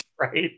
Right